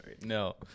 No